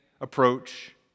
approach